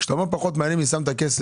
כשאתה אומר פחות מעניין מי שם את הכסף,